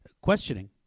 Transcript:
questioning